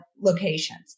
locations